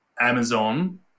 Amazon